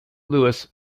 lewis